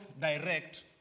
direct